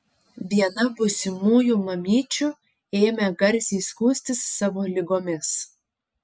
viena būsimųjų mamyčių ėmė garsiai skųstis savo ligomis